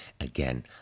Again